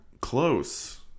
Close